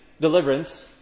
deliverance